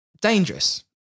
dangerous